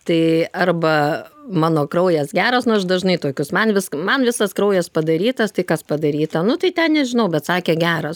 tai arba mano kraujas geras nu aš dažnai tokius man visk man visas kraujas padarytas tai kas padaryta nu tai ten nežinau bet sakė geras